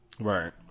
Right